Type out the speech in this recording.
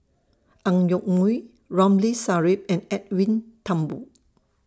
Ang Yoke Mooi Ramli Sarip and Edwin Thumboo